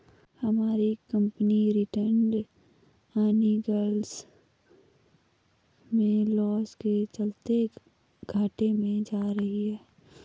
हमारी company retained earnings में loss के चलते घाटे में जा रही है